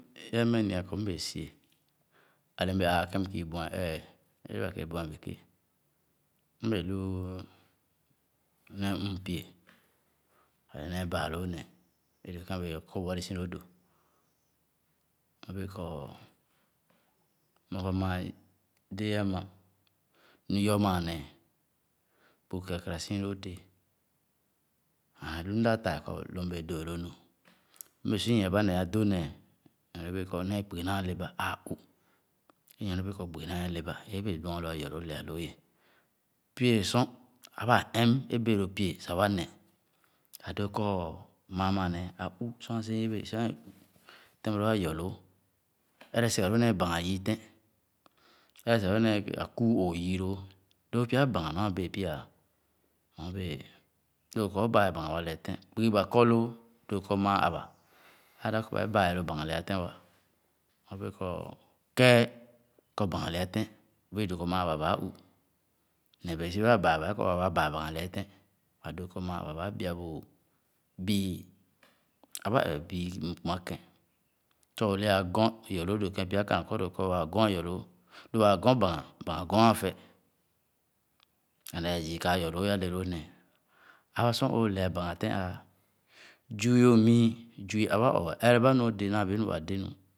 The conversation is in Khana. É ā´meh ma kɔ nɔ´bēē si. ale m´bēē āā a´ken kü buah ee. aba kèrè bueh beke. e ̄ wèè lu´u néé mm̄pie ne ne̍e̍ baa lo̍o̍ ne̍e̍. ē dōō kēn ali bēē amà. nu yɔr maa ne̍e̍ bu kera kera si lōō dēē. E ̄ a lu m´da taa kɔ. lò m´bèè dòò lò nu. m´bèè su yea-ba ne adō néé nyorne be̍e̍ kɔ néé kpugi naa le ba āā ụ̣ ̣nyorne be̍e̍ kɔ kpugi naa ye le ba ébèè bòán lō ayɔ lōō lɛa lō ye. Pye sor aba ɛm é bèè lō pie sah wa neh. a̍òòō kɔ maa maa néé ā ụ ̣sor ā´si´e bee. sor e̍ ụ̣ ̣. tɛma lōō āyɔ lòò Ere sigha lōō néé aküu-òò yii tɛ̄n. ere sigha lòò héé aküu-òò yü lo̍̍o̍. Lōō pya bāghàn nɔ a̍bee pyà nɔ bèè lo ̄ o´bāā bāghàn waa lɛɛ tɛ̄n. kpugi ba kɔ lòò dòò kɔ maa abà āā dāā kɔ kɛɛ kɔ bāghàn´ea tɛn bèè dòò kɔ maa aba baa!!. Lō kɔ dōō meh-isi wèè baa. ba kɔ waa wa bàà´e bāghàn lɛɛ ten dōō kɔ ma abà baa bia bu bii. aba ɛɛ bii ku kuma kēn sah o´le aa gɔ cyɔlòò dòò kēn pya khana kɔ dō. kɔ waà gɔ zoyɔlo̍o̍. lō waà gɔ bāghàn bāgha̍n gɔ´a afɛ̄h. And, ɛɛ si ká ayɔlòò é´a le lòò néé. Āba sor òò lɛa bāgha̍n tɛa āā. zui o´mii. zui aba ɔɔ ɛrɛba nu o´de naa dèè kɔ waa dē nu.